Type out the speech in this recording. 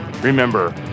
Remember